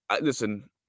Listen